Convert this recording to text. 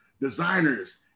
designers